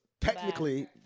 Technically